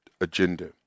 agenda